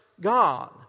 God